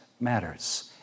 matters